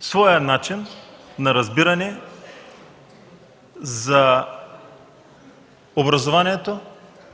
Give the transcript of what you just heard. своя начин на разбиране за образованието